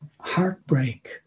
heartbreak